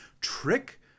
trick